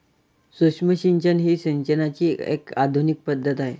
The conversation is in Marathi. सूक्ष्म सिंचन ही सिंचनाची एक आधुनिक पद्धत आहे